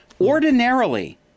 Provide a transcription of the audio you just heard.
ordinarily